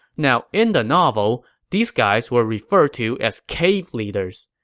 now, in the novel, these guys were referred to as cave leaders.